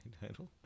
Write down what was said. title